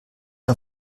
der